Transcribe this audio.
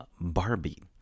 barbie